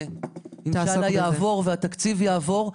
שאמן שיעבור והתקציב יעבור.